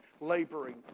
laboring